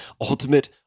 Ultimate